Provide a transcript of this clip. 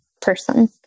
person